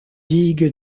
digue